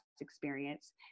experience